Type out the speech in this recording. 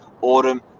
autumn